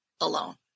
alone